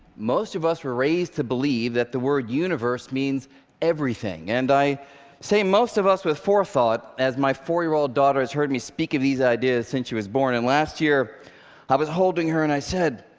most of us were raised to believe that the word universe means everything. and i say most of us with forethought, as my four-year-old daughter has heard me speak of these ideas since she was born. and last year i was holding her and i said,